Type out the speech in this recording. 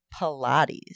Pilates